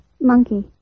monkey